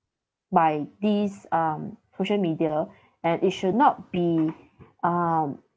by these um social media and it should not be um